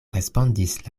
respondis